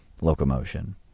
locomotion